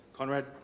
Conrad